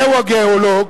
זהו הגיאולוג